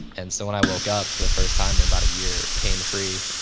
and so when i woke up for the first time in about a year pain free,